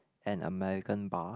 an American bar